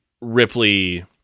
Ripley